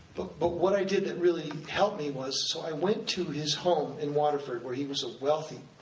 but what i did that really helped me was, so i went to his home in waterford, where he was a wealthy,